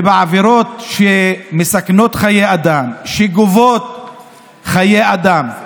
ובעבירות שמסכנות חיי אדם, שגובות חיי אדם,